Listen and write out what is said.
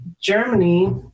Germany